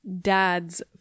dad's